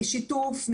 שיתוף,